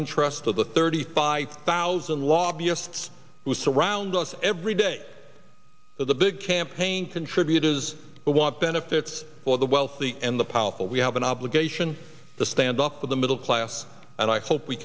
interests of the thirty five thousand lobbyists who surround us every day of the big campaign contributors who want benefits for the wealthy and the powerful we have an obligation to stand up for the middle class and i hope we